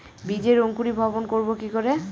বীজের অঙ্কুরিভবন করব কি করে?